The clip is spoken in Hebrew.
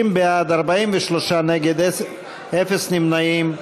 60 בעד, 43 נגד, אפס נמנעים.